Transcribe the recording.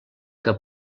que